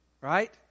right